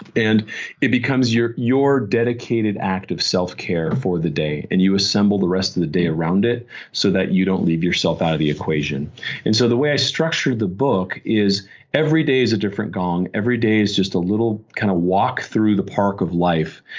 and it becomes your your dedicated act of self-care for the day and you assemble the rest of the day around it so that you don't leave yourself out of the equation and so the way i structure the book is every day is a different gong. every day is just a little kind of walk through the park of life,